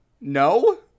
No